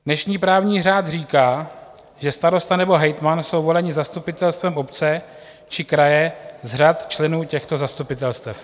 Dnešní právní řád říká, že starosta nebo hejtman jsou voleni zastupitelstvem obce či kraje z řad členů těchto zastupitelstev.